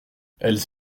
elles